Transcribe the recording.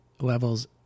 levels